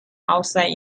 outside